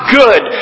good